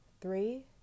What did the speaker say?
three